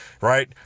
right